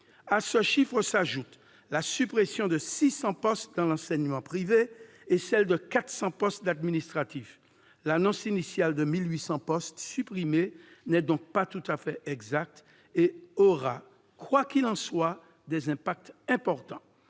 À ce chiffre s'ajoutent la suppression de 600 postes dans l'enseignement privé et celle de 400 postes administratifs. L'annonce initiale de 1 800 postes supprimés n'est donc pas tout à fait exacte et aura, quoi qu'il en soit, des impacts importants.